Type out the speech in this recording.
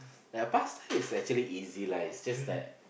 ya pasta is actually easy lah it's just that